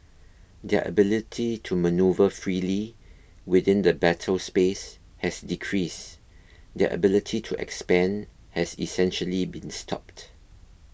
their ability to manoeuvre freely within the battle space has decreased their ability to expand has essentially been stopped